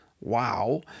Wow